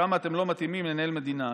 כמה אתם לא מתאימים לנהל מדינה.